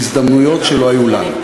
והזדמנויות שלא היו לנו,